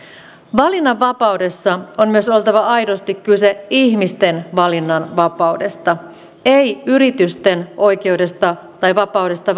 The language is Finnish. valinnanvapaudessa on myös oltava aidosti kyse ihmisten valinnanvapaudesta ei yritysten oikeudesta tai vapaudesta